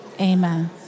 Amen